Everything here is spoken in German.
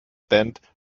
band